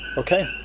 okay,